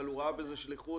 אבל הוא ראה בזה שליחות